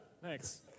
thanks